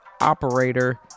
operator